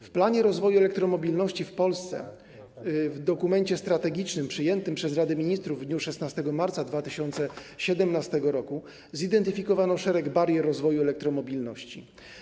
W „Planie rozwoju elektromobilności w Polsce”, dokumencie strategicznym przyjętym przez Radę Ministrów w dniu 16 marca 2017 r., zidentyfikowano szereg barier rozwoju elektromobilności.